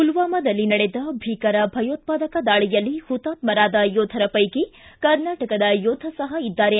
ಪುಲ್ವಾಮದಲ್ಲಿ ನಡೆದ ಭೀಕರ ಭಯೋತ್ವಾದಕ ದಾಳಿಯಲ್ಲಿ ಹುತಾತ್ಕರಾದ ಯೋಧರ ಪೈಕಿ ಕರ್ನಾಟಕದ ಯೋಧ ಸಹ ಇದ್ದಾರೆ